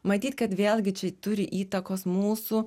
matyt kad vėlgi čia turi įtakos mūsų